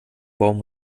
baum